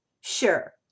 Sure